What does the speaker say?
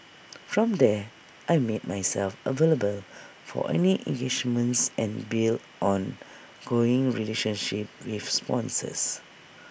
from there I made myself available for any engagements and built an ongoing relationship with sponsors